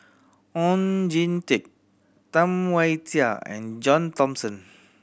Oon Jin Teik Tam Wai Jia and John Thomson